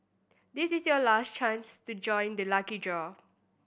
this is your last chance to join the lucky draw